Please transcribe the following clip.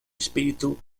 espíritu